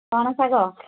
ଚଣା ଶାଗ